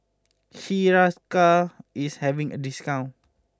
Hiruscar is having a discount